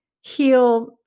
heal